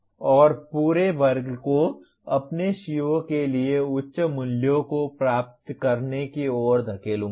और पूरे वर्ग को अपने CO के लिए उच्च मूल्यों को प्राप्त करने की ओर धकेलूंगा